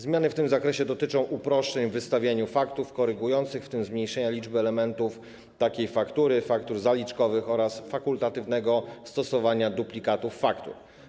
Zmiany w tym zakresie dotyczą uproszczeń w wystawianiu faktur korygujących, w tym zmniejszenia liczby elementów takiej faktury, faktur zaliczkowych oraz fakultatywnego stosowania duplikatów faktur.